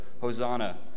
Hosanna